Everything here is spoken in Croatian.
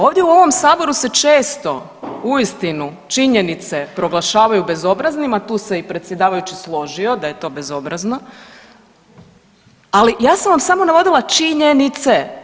Ovdje u ovom saboru se često uistinu činjenice proglašavaju bezobraznim, a tu se i predsjedavajući složio da je to bezobrazno, ali ja sam vam samo navodila činjenice.